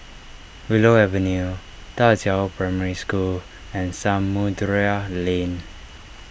Willow Avenue Da Qiao Primary School and Samudera Lane